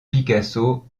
picasso